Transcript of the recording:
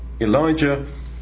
Elijah